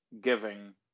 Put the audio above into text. giving